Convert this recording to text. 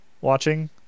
watching